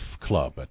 Club